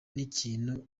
n’ikintu